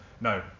no